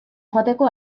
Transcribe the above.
joateko